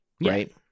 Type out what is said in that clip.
Right